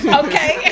okay